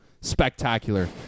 Spectacular